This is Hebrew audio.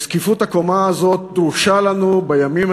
וזקיפות הקומה הזו דרושה לנו בימים